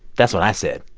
that's what i said.